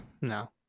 no